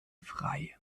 frei